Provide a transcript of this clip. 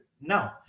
No